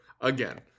Again